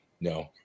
no